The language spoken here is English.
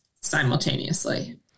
simultaneously